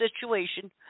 situation